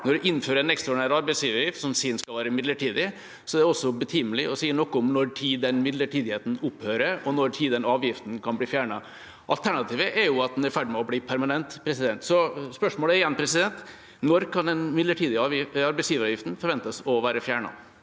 Når en innfører en ekstraordinær arbeidsgiveravgift som en sier skal være midlertidig, er det også betimelig å si noe om når den midlertidigheten opphører, og når den avgiften kan bli fjernet. Alternativet er jo at den er i ferd med å bli permanent. Så spørsmålet er igjen: Når kan den midlertidige arbeidsgiveravgiften forventes å være fjernet?